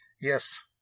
Yes